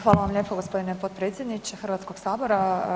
Hvala vam lijepo gospodine potpredsjedniče Hrvatskoga sabora.